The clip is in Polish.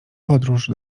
podróż